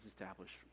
established